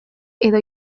edo